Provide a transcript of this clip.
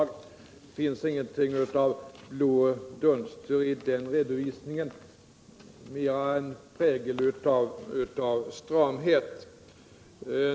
Det finns ingenting av blå dunster i den redovisningen — den präglas av stramhet.